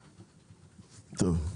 טוב,